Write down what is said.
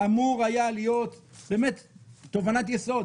זאת תובנת יסוד,